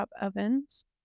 ovens